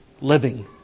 living